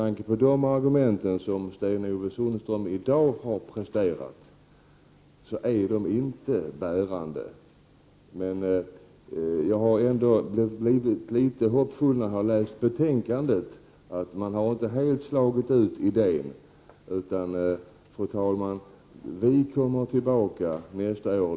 De argument som Sten-Ove Sundström i dag har presterat är inte bärande. Men efter att ha läst betänkandet har jag blivit litet hoppfull. Man har inte helt slagit ut idén. Vi kommer, fru talman, tillbaka nästa år.